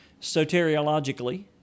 soteriologically